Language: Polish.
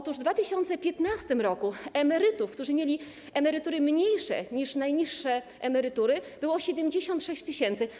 Otóż w 2015 r. emerytów, którzy mieli emerytury mniejsze niż najniższe emerytury, było 76 tys.